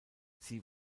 sie